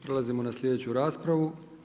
Prelazimo na sljedeću raspravu.